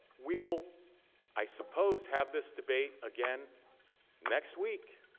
we will i suppose have this debate again next week,